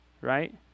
right